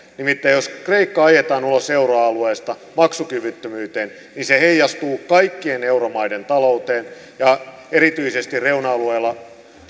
nimittäin jos kreikka ajetaan ulos euroalueesta maksukyvyttömyyteen niin se heijastuu kaikkien euromaiden talouteen ja erityisesti reuna alueilla